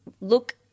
look